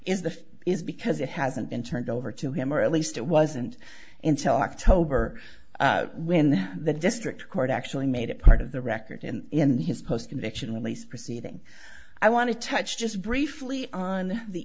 fifth is because it hasn't been turned over to him or at least it wasn't until october when the district court actually made a part of the record and in his post conviction released proceeding i want to touch just briefly on the